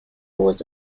was